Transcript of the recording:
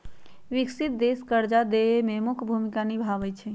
विकसित देश कर्जा देवे में मुख्य भूमिका निभाई छई